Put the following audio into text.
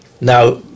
Now